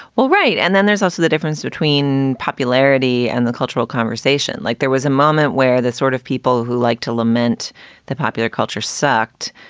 well, right and then there's also the difference between popularity and the cultural conversation. like there was a moment where the sort of people who like to lament the popular culture sucked,